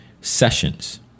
sessions